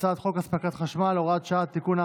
הצעת חוק הספקת החשמל (הוראת שעה) (תיקון,